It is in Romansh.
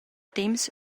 temps